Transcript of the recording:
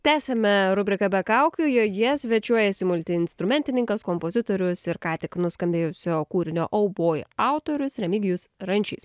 tęsiame rubriką be kaukių joje svečiuojasi multiinstrumentininkas kompozitorius ir ką tik nuskambėjusio kūrinio oh boy autorius remigijus rančys